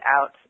out